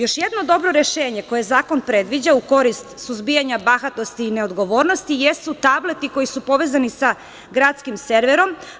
Još jedno dobro rešenje koje zakon predviđa u korist suzbijanja bahatosti i neodgovornosti, jesu tableti koji su povezani sa gradskim serverom.